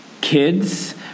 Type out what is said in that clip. kids